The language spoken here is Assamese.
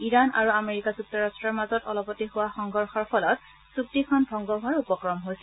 ইৰাণ আৰু আমেৰিকা যুক্তৰট্টৰ মাজত অলপতে হোৱা সংঘৰ্ষৰ ফলত চুক্তিখন ভংগ হোৱাৰ উপক্ৰম হৈছিল